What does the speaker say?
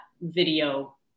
video